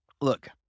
Look